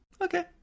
Okay